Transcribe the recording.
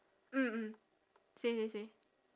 mm mm say say say